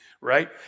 Right